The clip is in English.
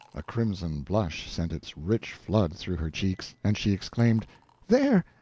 a crimson blush sent its rich flood through her cheeks, and she exclaimed there,